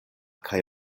kaj